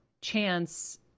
chance